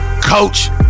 Coach